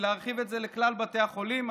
להרחיב את זה לכלל בתי החולים.